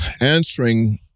answering